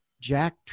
Jack